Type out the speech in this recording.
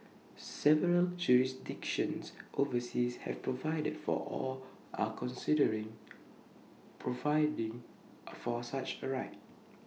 several jurisdictions overseas have provided for or are considering providing for such A right